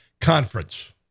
conference